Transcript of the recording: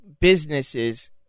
businesses